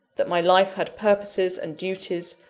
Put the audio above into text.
that my life had purposes and duties,